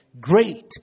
Great